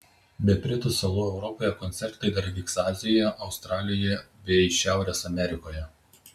be britų salų europoje koncertai dar vyks azijoje australijoje bei šiaurės amerikoje